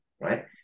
right